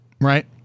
right